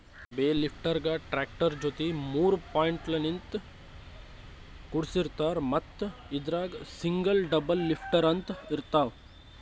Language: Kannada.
ಬೇಲ್ ಲಿಫ್ಟರ್ಗಾ ಟ್ರ್ಯಾಕ್ಟರ್ ಜೊತಿ ಮೂರ್ ಪಾಯಿಂಟ್ಲಿನ್ತ್ ಕುಡಸಿರ್ತಾರ್ ಮತ್ತ್ ಇದ್ರಾಗ್ ಸಿಂಗಲ್ ಡಬಲ್ ಲಿಫ್ಟರ್ ಅಂತ್ ಇರ್ತವ್